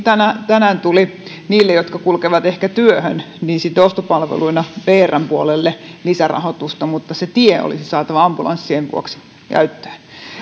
tänään tuli ehkä niille jotka kulkevat työhön ostopalveluina vrn puolelle lisärahoitusta mutta se tie olisi saatava ambulanssien vuoksi käyttöön